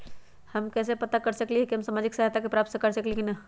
हम कैसे पता कर सकली ह की हम सामाजिक सहायता प्राप्त कर सकली ह की न?